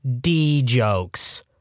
D-jokes